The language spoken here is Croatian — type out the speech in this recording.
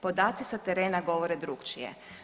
Podaci sa terena govore drukčije.